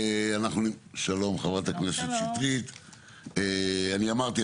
אני אמרתי,